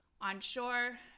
onshore